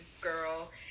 girl